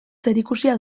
zerikusia